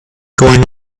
going